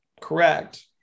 correct